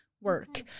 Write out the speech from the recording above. work